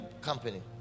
company